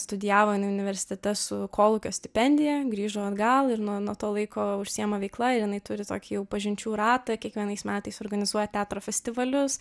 studijavo jinai universitete su kolūkio stipendija grįžo atgal ir nuo nuo to laiko užsiima veikla ir jinai turi tokį jau pažinčių ratą kiekvienais metais organizuoja teatro festivalius